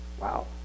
Wow